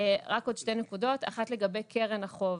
רק עוד שתי נקודות, אחת לגבי קרן החוב.